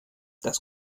das